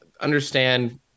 understand